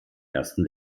ersten